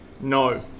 No